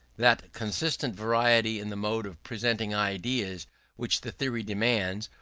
that constant variety in the mode of presenting ideas which the theory demands,